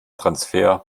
transfer